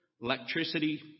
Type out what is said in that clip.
electricity